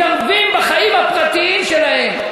מתערבים בחיים הפרטיים שלהם.